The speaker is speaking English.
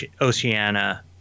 Oceana